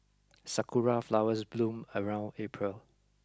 sakura flowers bloom around April